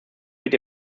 wird